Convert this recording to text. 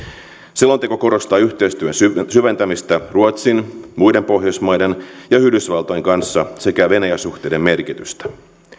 selonteko korostaa yhteistyön syventämistä ruotsin muiden pohjoismaiden ja yhdysvaltojen kanssa sekä venäjä suhteiden merkitystä